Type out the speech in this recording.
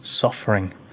suffering